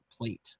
Plate